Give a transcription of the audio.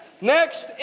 Next